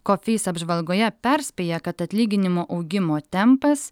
coface apžvalgoje perspėja kad atlyginimų augimo tempas